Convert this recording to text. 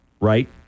right